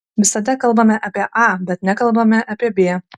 visada kalbame apie a bet nekalbame apie b